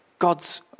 God's